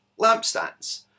lampstands